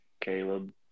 Caleb